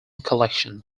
collection